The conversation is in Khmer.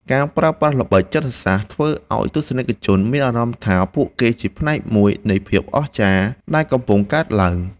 ការប្រើប្រាស់ល្បិចចិត្តសាស្ត្រធ្វើឱ្យទស្សនិកជនមានអារម្មណ៍ថាពួកគេជាផ្នែកមួយនៃភាពអស្ចារ្យដែលកំពុងកើតឡើង។